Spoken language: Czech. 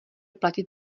platit